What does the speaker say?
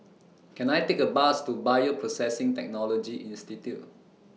Can I Take A Bus to Bioprocessing Technology Institute